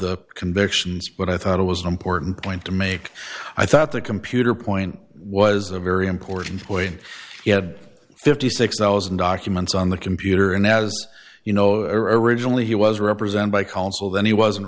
the convictions but i thought it was an important point to make i thought the computer point was a very important point you had fifty six thousand documents on the computer and as you know originally he was represented by counsel then he wasn't